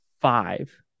five